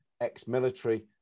ex-military